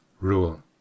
Rule